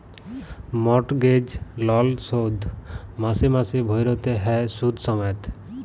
mortgage লল শোধ মাসে মাসে ভ্যইরতে হ্যয় সুদ সমেত